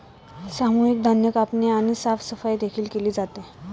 सामूहिक धान्य कापणी आणि साफसफाई देखील केली जाते